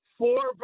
four